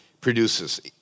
produces